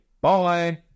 Bye